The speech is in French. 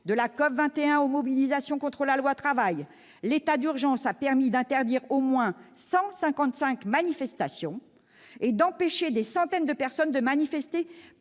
de la COP21 aux mobilisations contre la loi travail, l'état d'urgence a permis d'interdire au moins 155 manifestations et d'empêcher des centaines de personnes de manifester